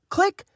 Click